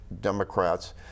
Democrats